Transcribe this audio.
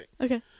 Okay